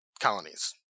colonies